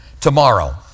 tomorrow